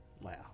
Wow